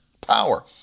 power